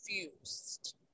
confused